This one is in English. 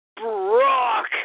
Brock